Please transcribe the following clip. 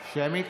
שמית?